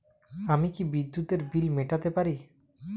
আমি কি বিদ্যুতের বিল মেটাতে পারি?